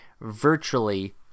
virtually